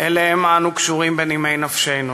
שאליהם אנו קשורים בנימי נפשנו,